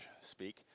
speak